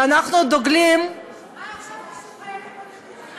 ואנחנו דוגלים, מה עכשיו קשור חיילים בודדים?